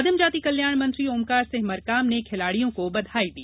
आदिम जाति कल्याण मंत्री ओंकार सिंह मरकाम ने खिलाड़ियों को बधाई दी